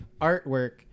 artwork